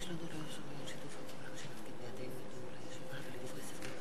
חוק ההתגוננות האזרחית (תיקון מס' 15),